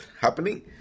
happening